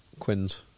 Quins